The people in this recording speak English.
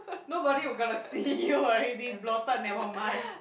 nobody will gonna see you already bloated never mind